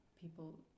people